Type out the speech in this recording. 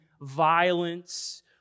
violence